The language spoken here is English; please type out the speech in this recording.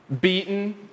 beaten